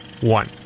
one